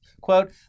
Quote